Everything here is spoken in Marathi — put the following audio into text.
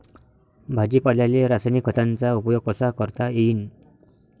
भाजीपाल्याले रासायनिक खतांचा उपयोग कसा करता येईन?